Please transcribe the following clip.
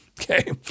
okay